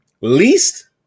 Least